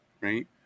Right